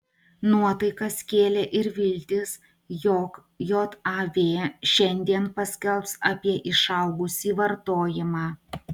nuotaikas kėlė ir viltys jog jav šiandien paskelbs apie išaugusį vartojimą